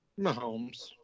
Mahomes